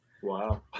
wow